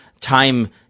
time